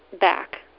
back